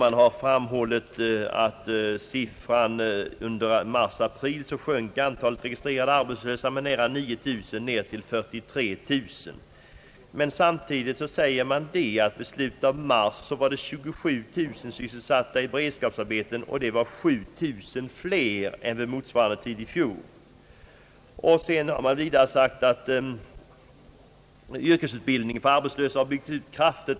Man har framhållit att under mars—april sjönk antalet registrerade arbetslösa med nära 9 000 till 43 000. Samtidigt säger man att i slutet av mars var 27000 personer sysselsatta i beredskapsarbete. Det är 7 000 fler än vid motsvarande tidpunkt i fjol. Vidare uppger man att yrkesutbildningen för arbetslösa har byggts ut kraftigt.